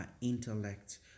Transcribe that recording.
intellect